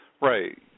right